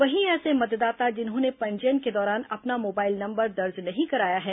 वहीं ऐसे मतदाता जिन्होंने पंजीयन के दौरान अपना मोबाइल नंबर दर्ज नहीं कराया है